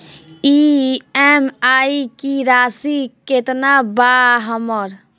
EMI की राशि केतना बा हमर?